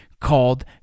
called